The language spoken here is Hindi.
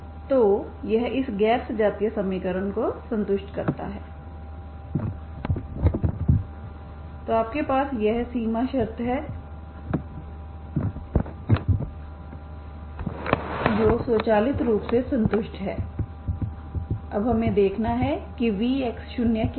तो यह इस गैर सजातीय समीकरण को संतुष्ट करता है और आपके पास यह सीमा शर्त है जो अब स्वचालित रूप से संतुष्ट है अब हमें देखना है कि vx0क्या है